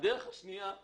הדרך השנייה היא